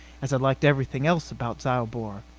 as i liked everything else about zyobor.